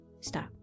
Stop